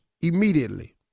immediately